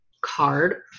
card